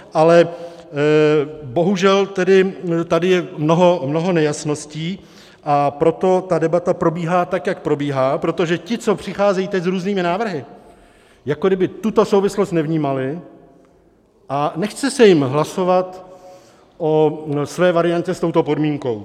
Ale bohužel tady je mnoho nejasností, a proto ta debata probíhá tak, jak probíhá, protože ti, co přicházejí teď s různými návrhy, jako kdyby tuto souvislost nevnímali, a nechce se jim hlasovat o své variantě s touto podmínkou.